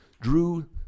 drew